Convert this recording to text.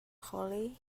hollie